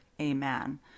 Amen